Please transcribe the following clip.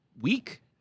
week